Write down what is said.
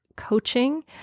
coaching